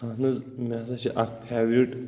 اہن حظ مےٚ ہسا چھِ اکھ فیورٹ